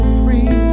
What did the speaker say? free